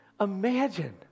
Imagine